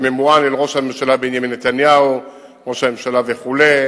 שממוען אל ראש הממשלה בנימין נתניהו: ראש הממשלה וכו',